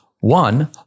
One